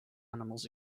animals